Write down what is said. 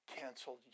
canceled